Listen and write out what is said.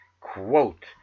Quote